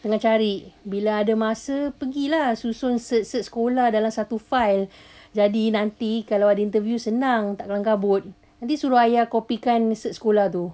tengah cari bila ada masa pergilah susun cert cert sekolah dalam satu file jadi nanti kalau ada interview senang takde kelam-kabut nanti suruh ayah copykan cert sekolah tu